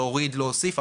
להוריד ולהוסיף.